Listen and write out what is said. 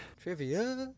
Trivia